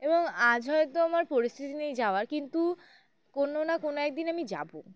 এবং আজ হয়তো আমার পরিস্থিতি নেই যাওয়ার কিন্তু কোনো না কোনো এক দিন আমি যাবো